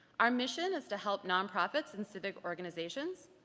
our mission is to help nonprofits and civic organizations,